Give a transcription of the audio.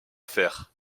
fère